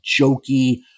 jokey